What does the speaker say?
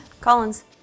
Collins